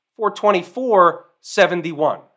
424.71